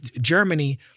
Germany